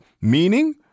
meaning